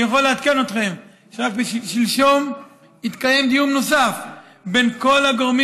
אני יכול לעדכן אתכם ששלשום התקיים דיון נוסף בין כל הגורמים